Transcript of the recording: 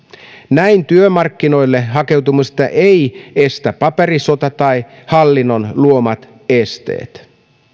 näin työmarkkinoille hakeutumista ei estä paperisota tai hallinnon luomat esteet